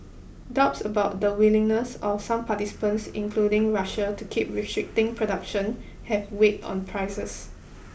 doubts about the willingness of some participants including Russia to keep restricting production have weighed on prices